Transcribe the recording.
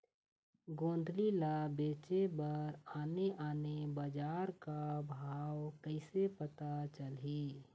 गोंदली ला बेचे बर आने आने बजार का भाव कइसे पता चलही?